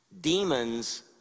Demons